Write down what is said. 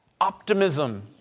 optimism